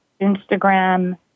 Instagram